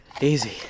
Easy